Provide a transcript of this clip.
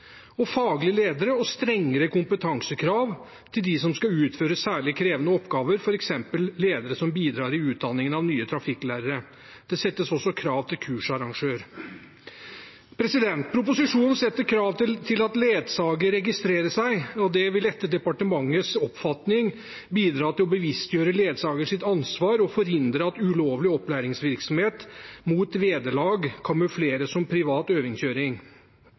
og faglige ledere og strengere kompetansekrav for dem som skal utføre særlig krevende oppgaver, f.eks. ledere som bidrar i utdanningen av nye trafikklærere. Det stilles også krav til kursarrangørene. I proposisjonen foreslås det å stille krav om at ledsagere registrerer seg. Det vil etter departementets oppfatning bidra til å bevisstgjøre ledsagernes ansvar og forhindre at ulovlig opplæringsvirksomhet mot vederlag kamufleres som privat